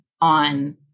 on